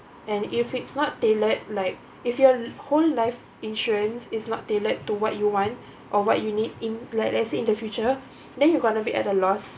and if it's not tailored like if your whole life insurance is not tailored to what you want or what you need in like let's say in the future then you gonna be at a loss